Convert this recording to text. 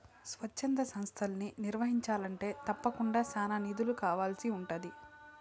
స్వచ్ఛంద సంస్తలని నిర్వహించాలంటే తప్పకుండా చానా నిధులు కావాల్సి ఉంటాది